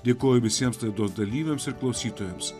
dėkoju visiems laidos dalyviams ir klausytojams